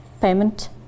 payment